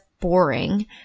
boring